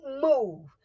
move